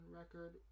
record